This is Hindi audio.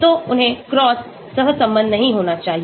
तो उन्हें क्रॉस सहसंबद्ध नहीं होना चाहिए